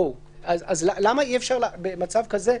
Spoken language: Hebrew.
למה אי-אפשר במצב כזה,